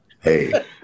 Hey